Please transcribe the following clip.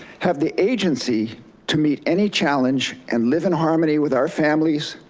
have the agency to meet any challenge and live in harmony with our families,